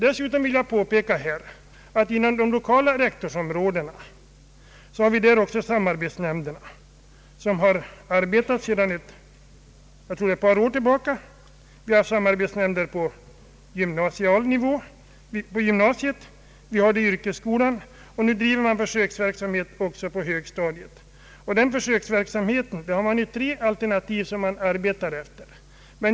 Dessutom vill jag påpeka att det inom de lokala rektorsområdena också finns samarbetsnämnder som nu har arbetat i ett par år. Det finns samarbetsnämnder på gymnasiet och i yrkesskolan, och nu bedrivs en försöksverksamhet också på grundskolans högstadium. I försöksverksamheten arbetas det med tre olika alternativ.